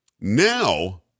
now